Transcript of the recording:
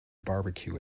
barbecue